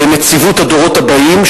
לנציבות הדורות הבאים,